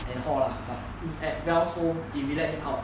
and hall lah but in at dell's home if you let him out